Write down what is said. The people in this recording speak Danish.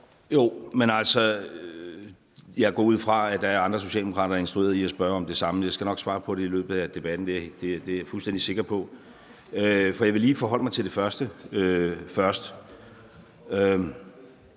Jo, men altså, jeg går ud fra, at der er andre socialdemokrater, der er instrueret i at spørge om det samme, og jeg skal nok komme til at svare på det i løbet af debatten – det er jeg fuldstændig sikker på – men jeg vil lige forholde mig til det første først.